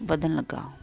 ਵਧਣ ਲੱਗਾ